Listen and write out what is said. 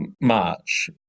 march